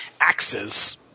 axes